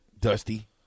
Dusty